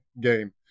game